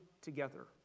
together